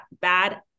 bad